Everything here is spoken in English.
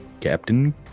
Captain